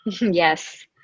Yes